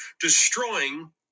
destroying